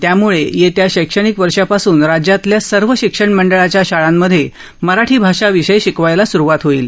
त्यामुळे येत्या शैक्षणिक वर्षापासून राज्यातल्या सर्व शिक्षण मंडळाच्या शाळांमध्ये मराठी भाषा विषय शिकवायला सुरुवात होईल